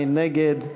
מי נגד?